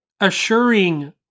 assuring